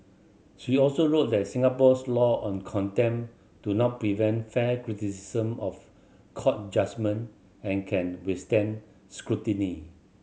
she also wrote that Singapore's law on contempt do not prevent fair criticism of court judgement and can withstand scrutiny